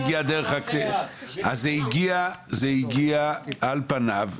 אז זה הגיע על פניו,